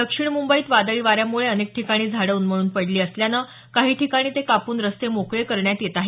दक्षिण मुंबईत वादळी वाऱ्यामुळे अनेक ठिकाणी झाडे उन्मळून पडली असल्यानं काही ठिकाणी ते कापून रस्ते मोकळे करण्यात येत आहेत